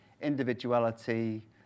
individuality